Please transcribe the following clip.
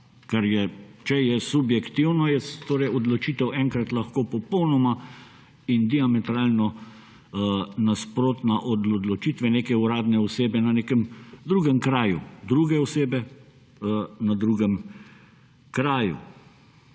težave. Če je subjektivno, je torej odločitev enkrat lahko popolnoma in diametralno nasprotna od odločitve neke uradne osebe na nekem drugem kraju, druge osebe na drugem kraju.